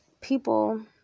people